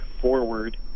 forward